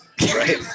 right